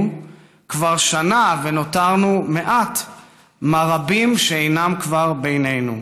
/ כבר שנה ונותרנו מעט / מה רבים שאינם כבר בינינו".